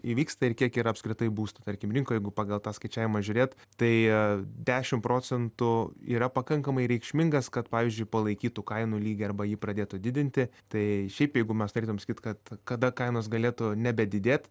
įvyksta ir kiek yra apskritai būstų tarkim rinkoj jeigu pagal tą skaičiavimą žiūrėt tai dešim procentų yra pakankamai reikšmingas kad pavyzdžiui palaikytų kainų lygį arba jį pradėtų didinti tai šiaip jeigu mes turėtumėm sakyt kad kada kainos galėtų nebedidėt